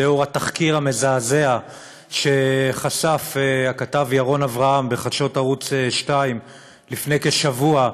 לנוכח התחקיר המזעזע שחשף הכתב ירון אברהם בחדשות ערוץ 2 לפני כשבוע.